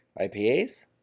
IPAs